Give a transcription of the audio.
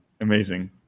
Amazing